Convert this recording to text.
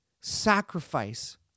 sacrifice